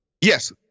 Yes